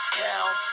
down